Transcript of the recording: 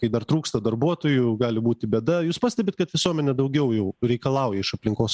kai dar trūksta darbuotojų gali būti bėda jus pastebit kad visuomenė daugiau jau reikalauja iš aplinkos